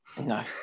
No